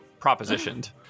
propositioned